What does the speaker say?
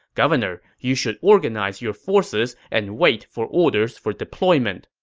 governor, you should organize your forces and wait for orders for deployment.